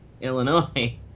Illinois